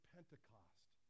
Pentecost